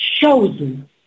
chosen